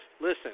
listen